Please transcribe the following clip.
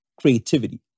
creativity